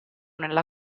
nella